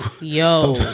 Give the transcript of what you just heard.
Yo